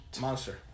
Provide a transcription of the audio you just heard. Monster